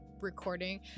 recording